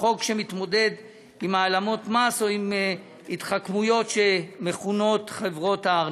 הוא חוק שמתמודד עם העלמות מס או עם התחכמויות שמכונות חברות הארנק.